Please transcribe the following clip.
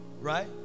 Right